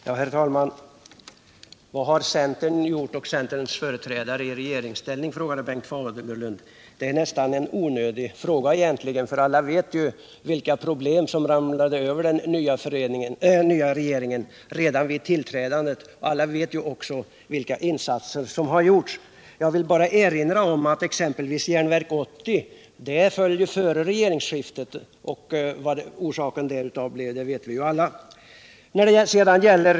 Herr talman! Vad har centern och dess företrädare i regeringen gjort, frågade Bengt Fagerlund. Det är nästan en onödig fråga, eftersom alla vet vilka problem som ramlade över den nya regeringen redan vid tillträdandet, och alla vet också vilka insatser som har gjorts. Jag vill bara erinra om att exempelvis Järnverk 80 föll före regeringsskiftet, och orsaken känner ju alla till.